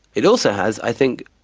it also has, i think,